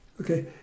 Okay